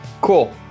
Cool